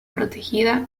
protegida